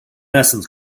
essence